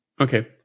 Okay